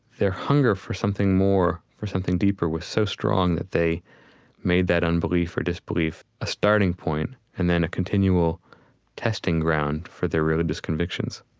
their hunger for something more, for something deeper was so strong that they made that unbelief or disbelief a starting point and then a continual testing ground for their religious convictions